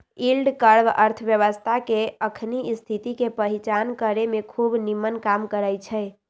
yield curve अर्थव्यवस्था के अखनी स्थिति के पहीचान करेमें खूब निम्मन काम करै छै